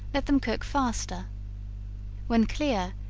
let them cook faster when clear,